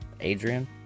adrian